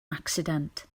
accident